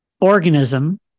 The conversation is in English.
organism